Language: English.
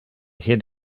head